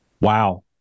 Wow